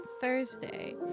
Thursday